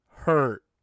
hurt